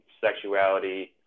sexuality